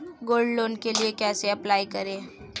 Gold loan के लिए कैसे अप्लाई करें?